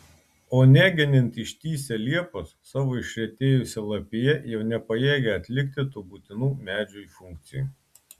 o negenint ištįsę liepos savo išretėjusia lapija jau nepajėgia atlikti tų būtinų medžiui funkcijų